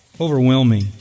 overwhelming